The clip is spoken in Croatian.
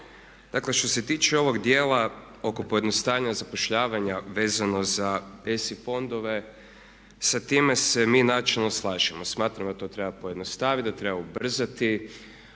Dakle što se tiče ovog djela oko pojednostavljenja zapošljavanja vezano za ESI fondove sa time se mi načelno slažemo. Smatramo da to treba pojednostaviti, da treba ubrzati,